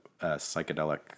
psychedelic